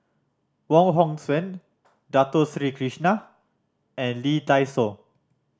Wong Hong Suen Dato Sri Krishna and Lee Dai Soh